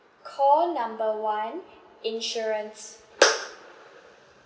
call number one insurance